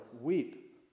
weep